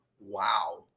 Wow